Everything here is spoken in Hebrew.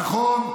נכון.